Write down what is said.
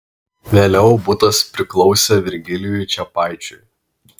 vėliau butas priklausė virgilijui čepaičiui